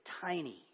tiny